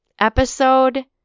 Episode